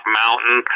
mountain